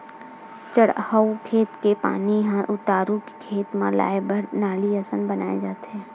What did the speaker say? चड़हउ खेत के पानी ह उतारू के खेत म लाए बर नाली असन बनाए जाथे